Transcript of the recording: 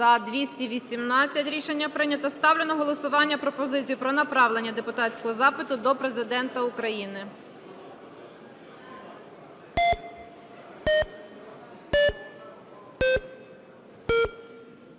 За-218 Рішення прийнято. Ставлю на голосування пропозицію про направлення депутатського запиту до Президента України.